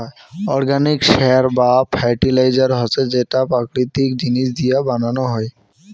organic সার বা fertiliser হসে যেইটো প্রাকৃতিক জিনিস দিয়া বানানো হই